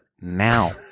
now